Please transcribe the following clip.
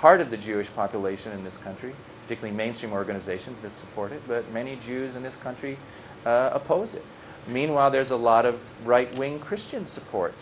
part of the jewish population in this country deeply mainstream organizations that support it but many jews in this country oppose it meanwhile there is a lot of right wing christian support